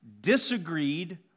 disagreed